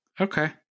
Okay